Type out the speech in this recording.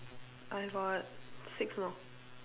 I've got six more